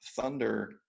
thunder